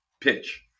pitch